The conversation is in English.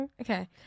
Okay